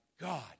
God